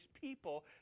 people